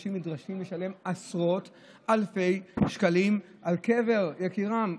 אנשים נדרשים לשלם עשרות אלפי שקלים על קבר יקירם.